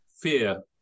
fear